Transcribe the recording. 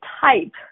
type